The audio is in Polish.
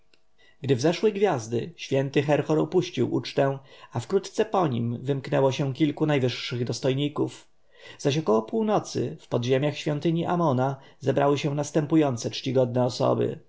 gdy wzeszły gwiazdy święty herhor opuścił ucztę a wkrótce po nim wymknęło się kilku najwyższych dostojników zaś około północy w podziemiach świątyni amona zebrały się następujące czcigodne osoby